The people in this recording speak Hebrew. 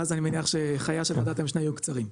ואז אני מניח שחייה של ועדת המשנה יהיו קצרים.